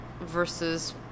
versus